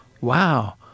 wow